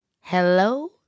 Hello